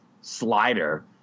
slider